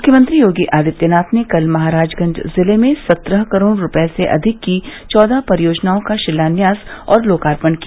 मुख्यमंत्री योगी आदित्यनाथ ने कल महाराजगंज जिले में सत्रह करोड़ रूपये से अधिक की चौदह परियोजनाओं का शिलान्यास और लोकार्पण किया